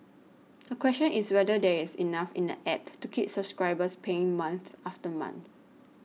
the question is whether there is enough in the App to keep subscribers paying month after month